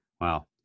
Wow